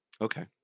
Okay